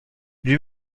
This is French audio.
lui